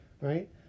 right